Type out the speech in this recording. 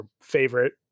favorite